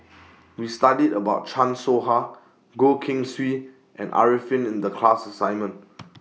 We studied about Chan Soh Ha Goh Keng Swee and Arifin in The class assignment